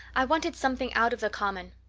i wanted something out of the common.